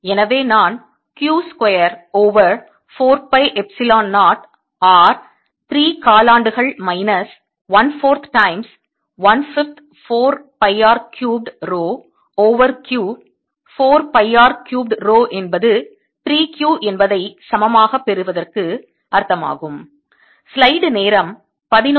எனவே நான் Q square over 4 pi epsilon 0 R 3 காலாண்டுகள் minus 1 4th times 1 5th 4 pi R cubed rho over Q 4 pi R cubed rho என்பது 3 Q என்பதை சமமாக பெறுகிறேன்